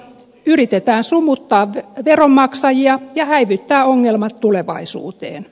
yritetään sumuttaa veronmaksajia ja häivyttää ongelmat tulevaisuuteen